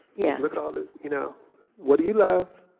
yeah look at all this. you know what do you love?